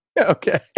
okay